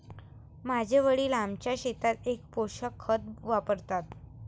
माझे वडील आमच्या शेतात एकच पोषक खत वापरतात